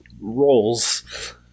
roles